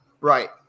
Right